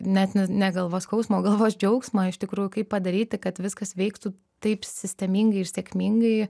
net ne ne galvos skausmą o galvos džiaugsmą iš tikrųjų kaip padaryti kad viskas veiktų taip sistemingai ir sėkmingai